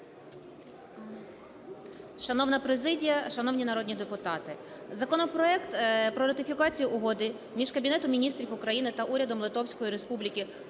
Шановна президія, шановні народні депутати! Законопроект про ратифікацію Угоди між Кабінетом Міністрів України та Урядом Литовської Республіки